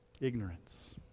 Ignorance